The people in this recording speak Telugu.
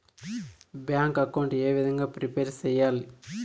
బ్యాంకు అకౌంట్ ఏ విధంగా ప్రిపేర్ సెయ్యాలి?